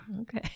Okay